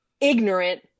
ignorant